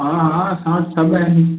हा हा असां वटि सभु आहिनि